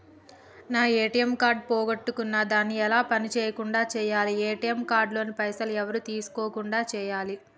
నా ATM card పోగొట్టుకున్నా దాన్ని ఎలా పని చేయకుండా చేయాలి ఏ.టి.ఎమ్ కార్డు లోని పైసలు ఎవరు తీసుకోకుండా చేయాలి?